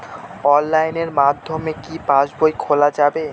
অনলাইনের মাধ্যমে কি পাসবই খোলা যাবে?